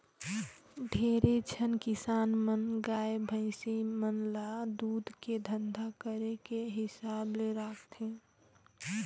ढेरे झन किसान मन गाय, भइसी मन ल दूद के धंधा करे के हिसाब ले राखथे